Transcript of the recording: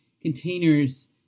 containers